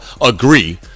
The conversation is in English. agree